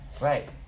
right